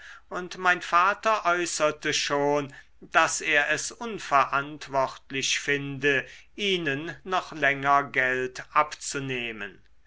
und mein vater äußerte schon daß er es unverantwortlich finde ihnen noch länger geld abzunehmen